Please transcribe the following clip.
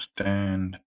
stand